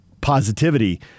positivity